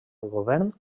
govern